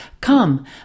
Come